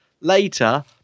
later